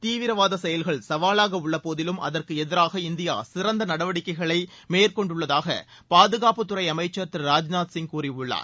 தீவிரவாத செயல்கள் சவாலாக உள்ள போதிலும் அதற்கு எதிராக இந்தியா சிறந்த நடவடிக்கைகளை மேற்கொண்டுள்ளதாக பாதுகாப்புத் துறை அமைச்சர் திரு ராஜ்நாத் சிங் கூறியுள்ளார்